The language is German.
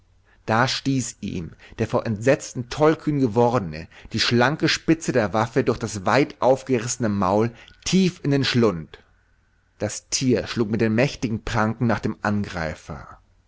da stieß ihm der vor entsetzen tollkühn gewordene die schlanke spitze der waffe durch das weit aufgerissene maul tief in den schlund das tier schlug mit den mächtigen pranken nach dem angreifer